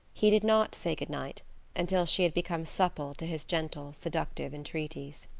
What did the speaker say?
he did not say good night until she had become supple to his gentle, seductive entreaties.